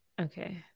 Okay